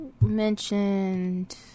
mentioned